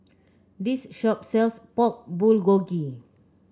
this shop sells Pork Bulgogi